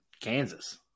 Kansas